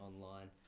online